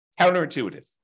Counterintuitive